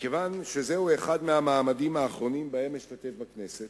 מכיוון שזהו אחד המעמדים האחרונים שבהם אשתתף בכנסת,